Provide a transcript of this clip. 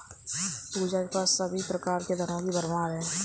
पूजा के पास सभी प्रकार के धनों की भरमार है